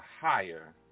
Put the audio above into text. higher